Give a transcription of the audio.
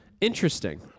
Interesting